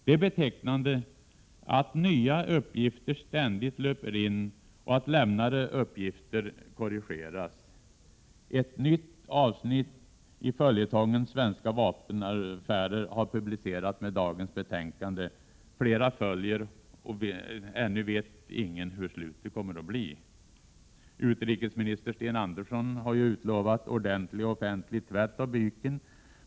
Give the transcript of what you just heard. Det är betecknande att nya uppgifter ständigt löper in och att lämnade uppgifter korrigeras. Ett nytt avsnitt i följetongen svenska vapenaffärer har publicerats med dagens betänkande. Flera följer, och ännu vet ingen hur slutet kommer att bli. Utrikesminister Sten Andersson har utlovat ordentlig och offentlig tvätt av byken.